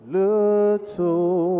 little